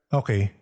okay